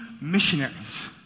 missionaries